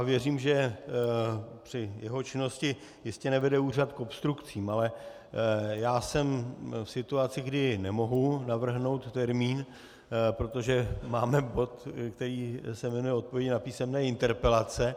Věřím, že při jeho činnosti jistě nevede úřad k obstrukcím, ale já jsem v situaci, kdy nemohu navrhnout termín, protože máme bod, který se jmenuje odpovědi na písemné interpelace.